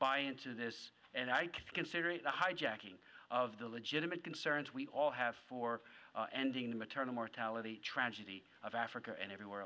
buy into this and i consider it a hijacking of the legitimate concerns we all have for ending the maternal mortality tragedy of africa and everywhere